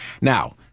now